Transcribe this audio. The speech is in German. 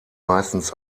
meistens